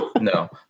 No